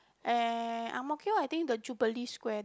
eh Ang-Mo-Kio I think the Jubilee square there